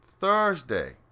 Thursday